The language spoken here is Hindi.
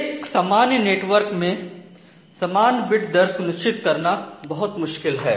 एक सामान्य नेटवर्क में सामान बिट दर सुनिश्चित करना बहुत मुश्किल है